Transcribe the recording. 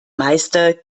meister